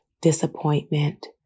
disappointment